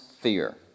fear